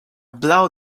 blow